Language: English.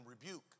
rebuke